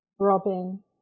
Robin